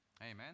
Amen